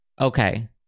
Okay